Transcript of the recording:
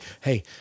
hey